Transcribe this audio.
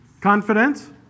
Confidence